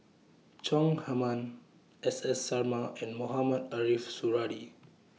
Chong Heman S S Sarma and Mohamed Ariff Suradi